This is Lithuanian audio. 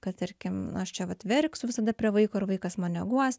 kad tarkim aš čia vat verksiu visada prie vaiko ir vaikas mane guos